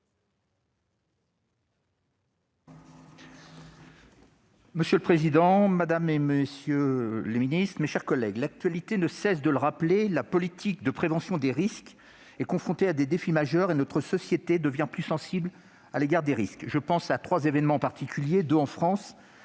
monsieur le ministre, madame la secrétaire d'État, mes chers collègues, l'actualité ne cesse de le rappeler : la politique de prévention des risques est confrontée à des défis majeurs et notre société devient plus sensible à l'égard des risques. Je pense à trois événements en particulier : en France,